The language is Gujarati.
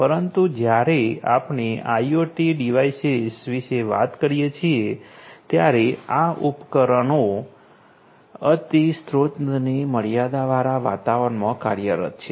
પરંતુ જ્યારે આપણે આઇઓટી ડિવાઇસેસ વિશે વાત કરીએ છીએ ત્યારે આ ઉપકરણો અતિ સ્રોતની મર્યાદાવાળા વાતાવરણમાં કાર્યરત છે